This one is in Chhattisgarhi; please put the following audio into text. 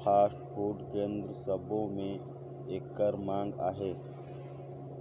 फास्टफूड केन्द्र सबो में एकर मांग अहे